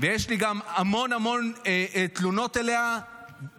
-- ויש לי גם המון תלונות אליה בהיותה